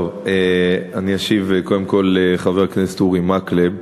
טוב, אני אשיב קודם כול לחבר הכנסת אורי מקלב.